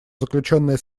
заключенные